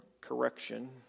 correction